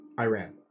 Iran